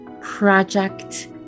project